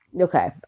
okay